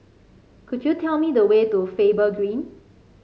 could you tell me the way to Faber Green